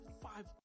Five